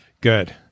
Good